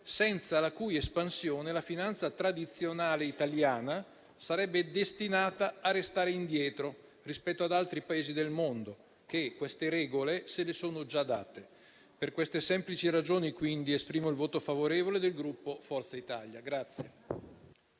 senza la cui espansione la finanza tradizionale italiana sarebbe destinata a restare indietro rispetto ad altri Paesi del mondo, che queste regole se le sono già date. Per queste semplici ragioni, quindi, esprimo il voto favorevole del Gruppo Forza Italia.